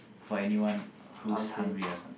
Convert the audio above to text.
for anyone who's hungry or something